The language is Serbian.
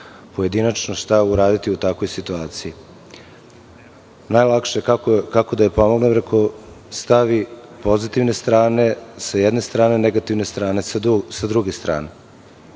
pojedinačno šta uraditi u takvoj situaciji. Kako da mu pomognem? Rekao sam – stavi pozitivne strane sa jedne strane i negativne strane sa druge strane.